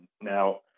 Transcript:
Now